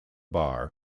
bar